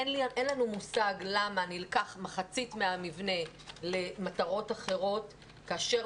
אין לנו מושג למה נלקח מחצית מהמבנה למטרות אחרות כאשר